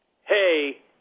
hey